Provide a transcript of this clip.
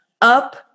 up